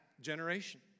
generation